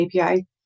API